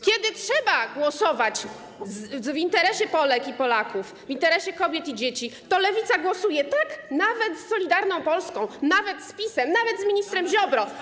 Kiedy trzeba głosować w interesie Polek i Polaków, w interesie kobiet i dzieci, to Lewica głosuje nawet z Solidarną Polską, nawet z PiS-em, nawet z ministrem Ziobro.